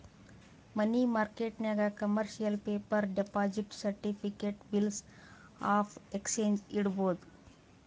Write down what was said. ಮನಿ ಮಾರ್ಕೆಟ್ನಾಗ್ commercial paper, deposit certificate, bills of exchange ಇಡ್ಬೋದ್